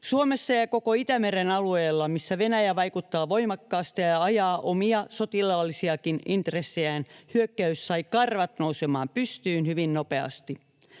Suomessa ja koko Itämeren alueella, missä Venäjä vaikuttaa voimakkaasti ja ajaa omia sotilaallisiakin intressejään, hyökkäys sai karvat nousemaan pystyyn hyvin nopeasti,